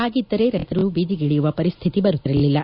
ಹಾಗಿದ್ದರೆ ರೈತರು ಬೀದಿಗಿಳಿಯುವ ಪರಿಸ್ಡಿತಿ ಬರುತ್ತಿರಲಿಲ್ಲ